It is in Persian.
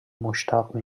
مشتاق